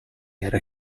era